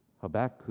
Habakkuk